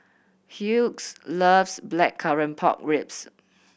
Hughes loves Blackcurrant Pork Ribs